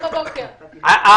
אז